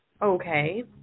Okay